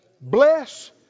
bless